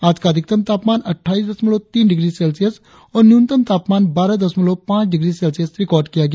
आज का अधिकतम तापमान अट्ठाईस दशमलव तीन डिग्री सेल्सियस और न्यूनतम तापमान बारह दशमलव पांच डिग्री सेल्सियस रिकार्ड किया गया